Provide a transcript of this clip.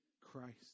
Christ